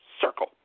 circle